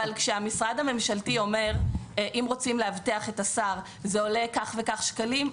כשהמשרד הממשלתי אומר: אם רוצים לאבטח את השר זה עולה כך וכך שקלים,